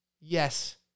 Yes